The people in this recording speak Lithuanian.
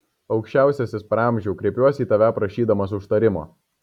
aukščiausiasis praamžiau kreipiuosi į tave prašydamas užtarimo